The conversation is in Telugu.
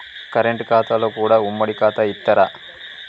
కరెంట్ ఖాతాలో కూడా ఉమ్మడి ఖాతా ఇత్తరా?